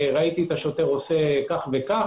השוטר עשה כך וכך,